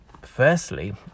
firstly